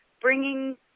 bringing